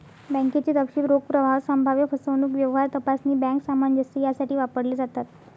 बँकेचे तपशील रोख प्रवाह, संभाव्य फसवणूक, व्यवहार तपासणी, बँक सामंजस्य यासाठी वापरले जातात